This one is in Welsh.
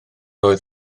oedd